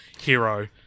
hero